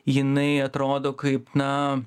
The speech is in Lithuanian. jinai atrodo kaip na